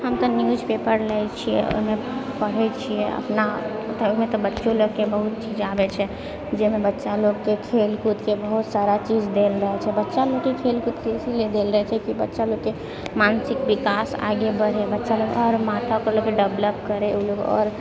हम तऽ न्यूजपेपर लैत छियै ओहिमे पढ़ैत छियै अपना पर ओहिमे तऽ बच्चो लोगके बहुत चीज आबैत छै जाहिमे बच्चा लोगके खेल कूदके बहुत सारा चीज देल रहैत छै बच्चा लोगके खेलकूदके इसीलिए देल रहैत छै की बच्चा लोगके मानसिक विकास आगे बढ़य बच्चा लोग अओर माथा ओकर लोगके डेवलप करय ओ लोग आओर